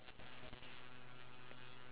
you already know